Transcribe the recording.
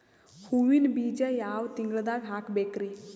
ಹೂವಿನ ಬೀಜ ಯಾವ ತಿಂಗಳ್ದಾಗ್ ಹಾಕ್ಬೇಕರಿ?